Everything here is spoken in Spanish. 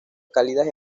cálidas